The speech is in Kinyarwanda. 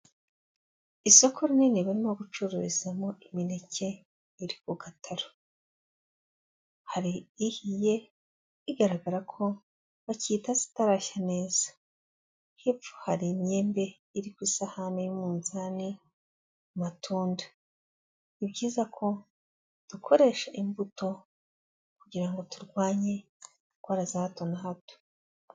Isoko rini barimo gucururizamo imineke iri ku gataro, hari ihiye igaragara ko bakiyitaze itarashya neza, hepfo hari imyembe iri ku isahani y'umunzani, amatunda, ni byiza ko dukoresha imbuto kugira ngo turwanye indwara za hato na hato.